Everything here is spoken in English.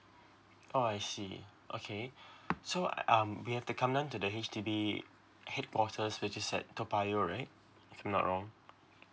oh I see okay so um we have to come down to the H_D_B headquarters which is at toa payoh right if not wrong